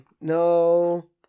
No